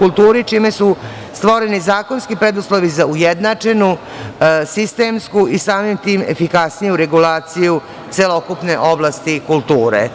kulturi, čime su stvoreni zakonski preduslovi za ujednačenu, sistemsku i samim tim efikasniju regulaciju celokupne oblasti kulture.